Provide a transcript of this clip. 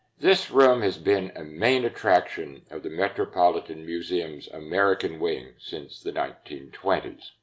this room has been a main attraction of the metropolitan museum's american wings since the nineteen twenty s.